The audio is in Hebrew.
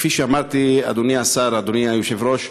כפי שאמרתי, אדוני השר, אדוני היושב-ראש,